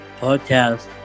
podcast